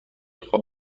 خواب